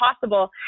possible